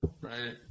right